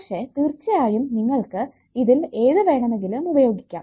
പക്ഷെ തീർച്ചയായും നിങ്ങൾക്ക് ഇതിൽ ഏത് വേണമെങ്കിലും ഉപയോഗിക്കാം